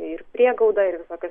ir priegauda ir visokios